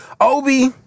Obi